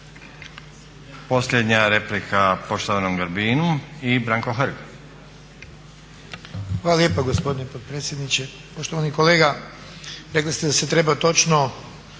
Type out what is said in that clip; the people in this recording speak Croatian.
Posljednja replika poštovanom Grbinu i Branko Hrg. **Hrg, Branko (HSS)** Hvala lijepo gospodine potpredsjedniče. Poštovani kolega, rekli ste da se treba točno